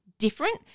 different